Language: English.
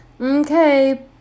Okay